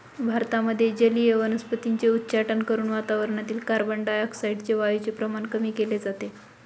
भारतामध्ये जलीय वनस्पतींचे उच्चाटन करून वातावरणातील कार्बनडाय ऑक्साईड वायूचे प्रमाण कमी केले जाते